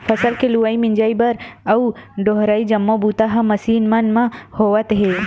फसल के लुवई, मिजई बर अउ डोहरई जम्मो बूता ह मसीन मन म होवत हे